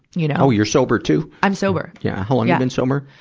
you know. oh, you're sober, too? i'm sober. how long you been sober?